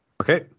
Okay